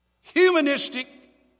humanistic